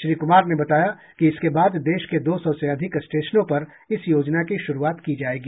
श्री कुमार ने बताया कि इसके बाद देश के दो सौ से अधिक स्टेशनों पर इस योजना की शुरुआत की जाएगी